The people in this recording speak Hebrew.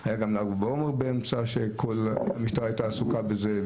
היה גם ל"ג בעומר באמצע שהמשטרה הייתה עסוקה בזה,